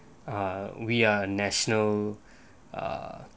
uh we are national uh